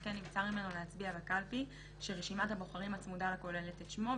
כן נבצר ממנו להצביע בקלפי שרשימת הבוחרים הצמודה לה כוללת את שמו,